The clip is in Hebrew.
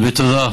תודה.